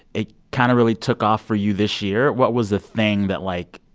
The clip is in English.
it kind of really took off for you this year. what was the thing that, like,